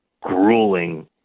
grueling